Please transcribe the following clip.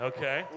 Okay